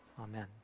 Amen